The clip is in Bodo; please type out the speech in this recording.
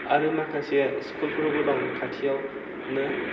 आरो माखासे स्कुलफोरबो दं खाथियावनो